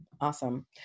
Awesome